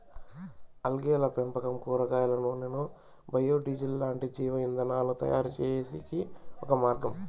ఆల్గేల పెంపకం కూరగాయల నూనెలు, బయో డీజిల్ లాంటి జీవ ఇంధనాలను తయారుచేసేకి ఒక మార్గం